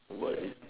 about it